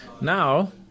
now